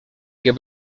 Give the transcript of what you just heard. que